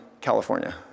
California